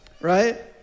right